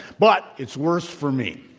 but it's worse for me.